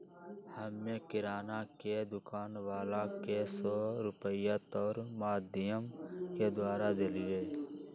हम्मे किराना के दुकान वाला के सौ रुपईया तार माधियम के द्वारा देलीयी